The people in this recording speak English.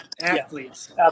athletes